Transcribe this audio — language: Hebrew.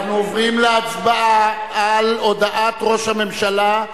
אנחנו עוברים להצבעה על הודעת ראש הממשלה,